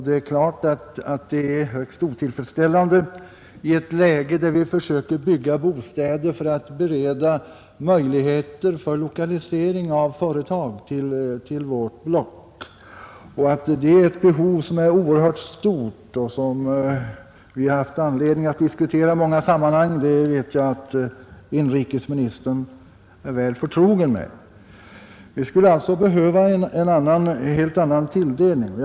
Det är klart att detta är högst otillfredsställande i ett läge då vi försöker bygga bostäder för att bereda möjligheter för lokalisering av företag till vårt block. Och att behovet av ökade sysselsättningsmöjligheter är oerhört stort och något som vi har haft anledning att diskutera i många sammanhang vet jag att inrikesministern är väl förtrogen med. Vi skulle alltså behöva en helt annan tilldelning av bostadskvot.